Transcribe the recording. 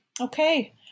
Okay